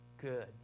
good